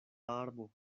arbo